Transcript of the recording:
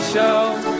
Show